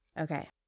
Okay